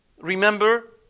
Remember